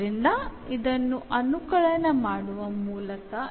അതായത് അതായത്